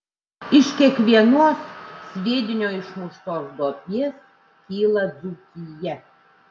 iš kiekvienos sviedinio išmuštos duobės kyla dzūkija